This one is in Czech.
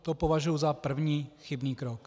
To považuji za první chybný krok.